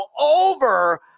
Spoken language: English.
over